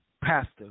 Pastor